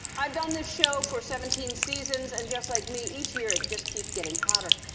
i've done this show for seventeen seasons. and just like me, each year it just keeps getting hotter.